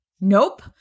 Nope